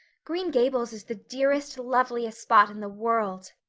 green gables is the dearest, loveliest spot in the world.